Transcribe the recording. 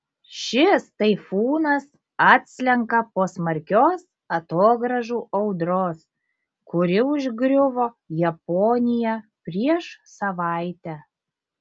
šis taifūnas atslenka po smarkios atogrąžų audros kuri užgriuvo japoniją prieš savaitę